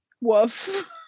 woof